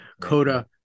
Coda